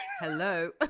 hello